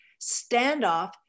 Standoff